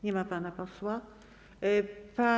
Nie ma pana posła.